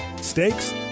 steaks